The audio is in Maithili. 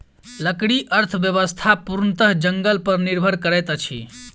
लकड़ी अर्थव्यवस्था पूर्णतः जंगल पर निर्भर करैत अछि